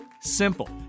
simple